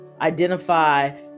identify